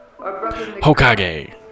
Hokage